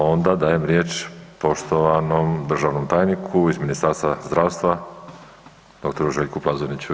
Onda dajem riječ poštovanom državnom tajniku iz Ministarstvu zdravstva, doktoru Željku Plazoniću.